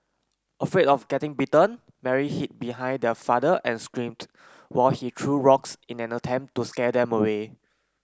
afraid of getting bitten Mary hid behind their father and screamed while he threw rocks in an attempt to scare them away